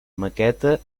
maqueta